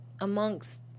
amongst